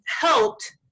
helped